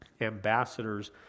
ambassadors